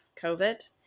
COVID